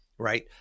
right